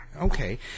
okay